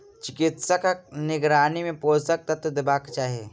चिकित्सकक निगरानी मे पोषक तत्व देबाक चाही